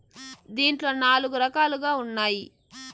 దీంట్లో నాలుగు రకాలుగా ఉన్నాయి